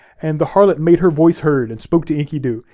and the harlot made her voice heard and spoke to enkidu,